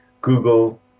Google